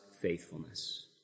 faithfulness